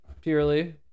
purely